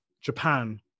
japan